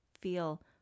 feel